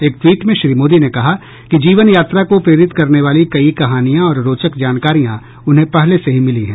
एक ट्वीट में श्री मोदी ने कहा कि जीवन यात्रा को प्रेरित करने वाली कई कहानियां और रोचक जानकारियां उन्हें पहले से ही मिली हैं